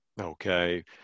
Okay